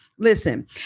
Listen